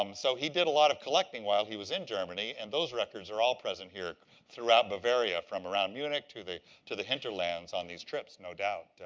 um so he did a lot of collecting while he was in germany and those records are all present here throughout bavaria, from around munich to the to the hinterlands on these trips, no doubt.